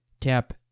Tap